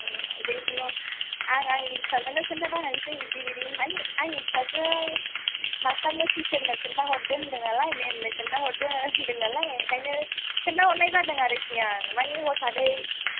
जेखुनु आं आंनि फिसाजोनो खिन्थाना होनोसै बिदि बिदि माने आंनि फिसाजोया मास्टारनो टिचारनो खिन्थाहरदो होन्दों नालाय मेमनो खिन्था हरदो होन्दों नालाय ओंखायनो खिन्था हरनाय जादों आरोखि आं माने हथादै